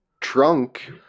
trunk